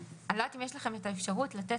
אני לא יודעת אם יש לכם אפשרות לדווח